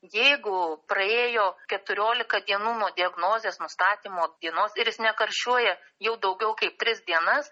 jeigu praėjo keturiolika dienų nuo diagnozės nustatymo dienos ir jis nekarščiuoja jau daugiau kaip tris dienas